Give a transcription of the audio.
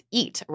eat